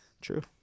true